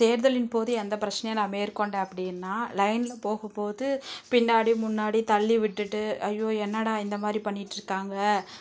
தேர்தலின் போது எந்த பிரச்சனையை நான் மேற்கொண்டேன் அப்படின்னா லைனில் போகும்போது பின்னாடி முன்னாடி தள்ளி விட்டுட்டு ஐயோ என்னடா இந்தமாதிரி பண்ணிட்டுருக்காங்க